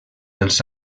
els